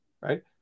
right